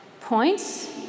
points